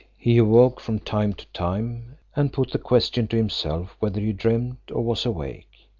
he awoke from time to time, and put the question to himself, whether he dreamed or was awake.